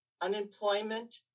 unemployment